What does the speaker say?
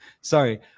sorry